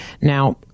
Now